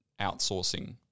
outsourcing